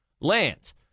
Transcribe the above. lands